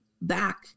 back